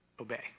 obey